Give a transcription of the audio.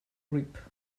rip